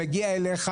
הוא מגיע אליך.